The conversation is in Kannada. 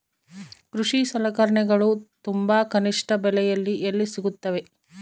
ಕೃಷಿ ಸಲಕರಣಿಗಳು ತುಂಬಾ ಕನಿಷ್ಠ ಬೆಲೆಯಲ್ಲಿ ಎಲ್ಲಿ ಸಿಗುತ್ತವೆ?